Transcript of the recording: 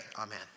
amen